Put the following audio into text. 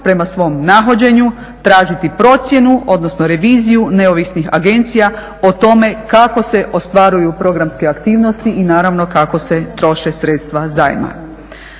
prema svojom nahođenju tražiti procjenu odnosno reviziju neovisnih agencija o tome kako se ostvaruju programske aktivnosti i naravno kako se troše sredstva zajma.